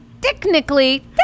Technically